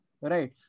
right